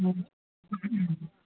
অঁ